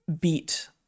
beat